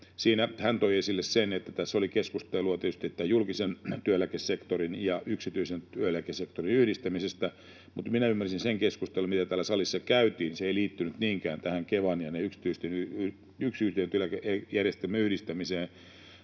hän toi esille sen, että tässä oli keskustelua tietysti tämän julkisen työeläkesektorin ja yksityisen työeläkesektorin yhdistämisestä, mutta minä ymmärsin sen keskustelun, mitä täällä salissa jo käytiin, että se ei liittynyt niinkään tähän Kevan ja näiden yksityisten eläkejärjestelmien yhdistämiseen